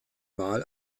mal